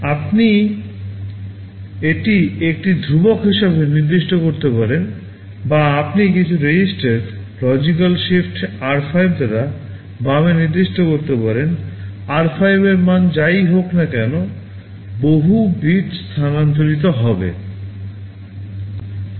আপনি এটি একটি ধ্রুবক হিসাবে নির্দিষ্ট করতে পারেন বা আপনি কিছু রেজিস্টার লজিকাল শিফট r5 দ্বারা বামে নির্দিষ্ট করতে পারেন r5 এর মান যাই হোক না কেন বহু বিট স্থানান্তরিত হবে